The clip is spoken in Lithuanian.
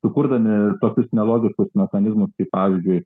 sukurdami tokius nelogiškus mechanizmus kaip pavyzdžiui